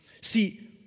See